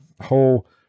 whole